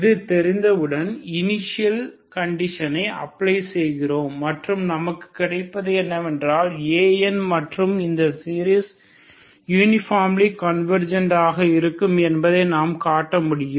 இது தெரிந்தவுடன் இனிஷியல் கண்டிஷனை அப்ளை செய்கிறோம் மற்றும் நமக்கு கிடைப்பது என்னவென்றால் An மற்றும் அந்த சீரிஸ் யூனிபார்ம்லி கன்வர்ஜெண்ட் ஆக இருக்கும் என்பதை நாம் காட்ட முடியும்